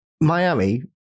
Miami